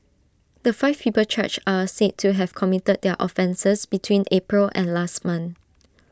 the five people charged are said to have committed their offences between April and last month